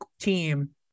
team